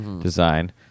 design